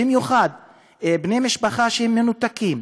במיוחד בני משפחה שמנותקים,